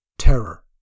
terror